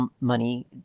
money